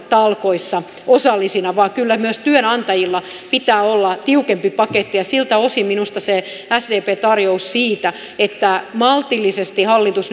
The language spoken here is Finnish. talkoissa osallisina vaan kyllä myös työnantajilla pitää olla tiukempi paketti siltä osin minusta se sdpn tarjous että maltillisesti hallitus